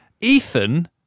Ethan